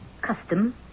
Custom